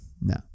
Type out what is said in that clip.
No